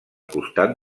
costat